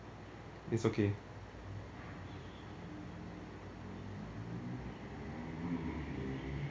it's okay